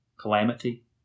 calamity